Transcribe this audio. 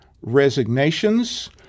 resignations